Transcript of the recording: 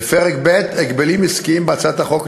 בפרק ב': הגבלים עסקיים בהצעת החוק,